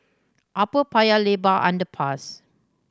Upper Paya Lebar Underpass